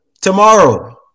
tomorrow